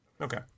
Okay